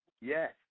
Yes